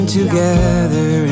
together